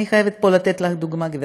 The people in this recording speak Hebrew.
אני חייבת פה לתת לך דוגמה, גברתי.